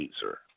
sir